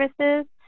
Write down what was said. Services